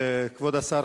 כבוד השר,